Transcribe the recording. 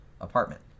apartment